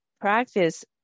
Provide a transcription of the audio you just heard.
practice